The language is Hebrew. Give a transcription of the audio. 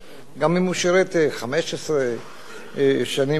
גם אם הוא שירת 15 שנים ויותר.